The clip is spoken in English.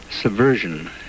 subversion